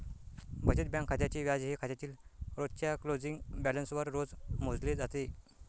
बचत बँक खात्याचे व्याज हे खात्यातील रोजच्या क्लोजिंग बॅलन्सवर रोज मोजले जाते